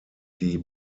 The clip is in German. die